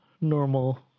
normal